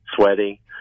sweaty